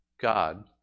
God